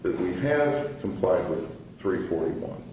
that we have complied with three for one